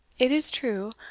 it is true,